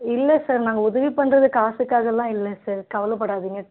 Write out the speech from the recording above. இல்லை சார் நாங்கள் உதவி பண்ணுறது காசுக்காகவெலாம் இல்லை சார் கவலைப்படாதீங்க